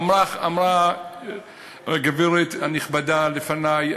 אמרה הגברת הנכבדה לפני,